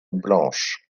blanche